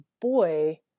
boy